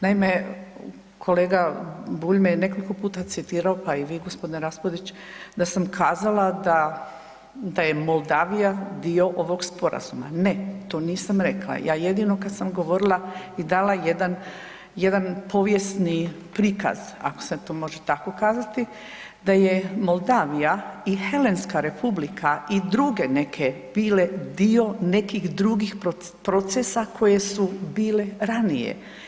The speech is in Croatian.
Naime, kolega Bulj me je nekoliko puta citirao, pa i vi gospodine Raspudić, da sam kazala da je Moldavija dio ovog Sporazuma, ne, to nisam rekla, ja jedino kad sam govorila i dala jedan, jedan povijesni prikaz, ako se to može tako kazati, da je Moldavija i Helenska Republika, i druge neke bile dio nekih drugih procesa koje su bile ranije.